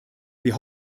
wir